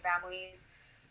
families